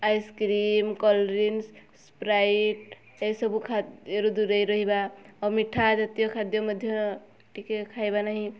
ice cream cold drinks Sprite ଏସବୁ ଖାଦ୍ୟରୁ ଦୂରେଇ ରହିବା ଆଉ ମିଠା ଜାତୀୟ ଖାଦ୍ୟ ମଧ୍ୟ ଟିକେ ଖାଇବା ନାହିଁ